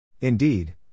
Indeed